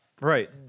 Right